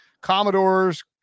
Commodores